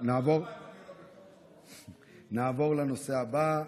נעבור לנושא הבא,